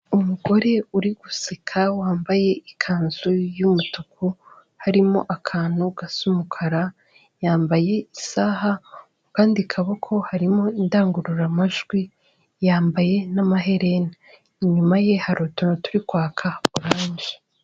Umugore uri guseka wambaye ikanzu y'umutuku harimo akantu gasa umukara yambaye isaha, mu kandi kaboko harimo indangururamajwi yambaye n'amaherene, inyuma ye hari utuntu turi kwaka orange.